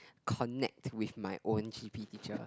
connect with my own g_p teacher